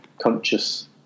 conscious